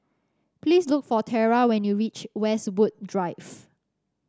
please look for Terra when you reach Westwood Drive